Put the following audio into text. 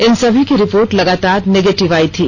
इन सभी की रिपोर्ट लगातार निगेटिव आई थी